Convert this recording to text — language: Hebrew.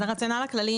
את הרציונל הכללי